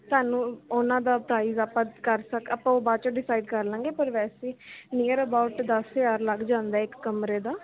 ਤੁਹਾਨੂੰ ਉਹਨਾਂ ਦਾ ਪ੍ਰਾਈਜ਼ ਆਪਾਂ ਕਰ ਸਕ ਆਪਾਂ ਉਹ ਬਾਅਦ ਚੋਂ ਡਿਸਾਈਡ ਕਰ ਲਵਾਂਗੇ ਪਰ ਵੈਸੇ ਨੀਅਰ ਅਬਾਉਟ ਦਸ ਹਜ਼ਾਰ ਲੱਗ ਜਾਂਦਾ ਇੱਕ ਕਮਰੇ ਦਾ